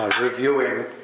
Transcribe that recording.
reviewing